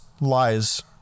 lies